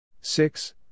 six